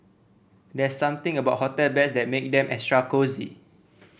there's something about hotel beds that makes them extra cosy